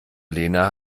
lena